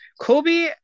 Kobe